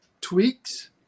tweaks